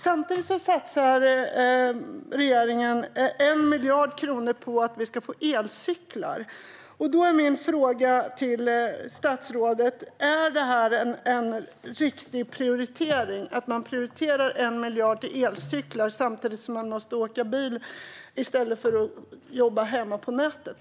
Samtidigt satsar regeringen 1 miljard kronor på elcyklar. Är det, statsrådet, riktigt att prioritera 1 miljard till elcyklar samtidigt som man måste åka bil i stället för att jobba hemma på nätet?